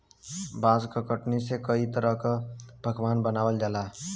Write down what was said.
बांस क टहनी से कई तरह क पकवान बनावल जाला